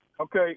Okay